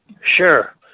Sure